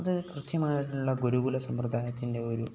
അത് കൃത്യമായിട്ടുള്ള ഗുരുകുല സമ്പ്രദായത്തിൻ്റെ ഒരു